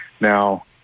Now